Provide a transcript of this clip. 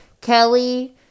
Kelly